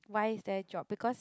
why is there a job because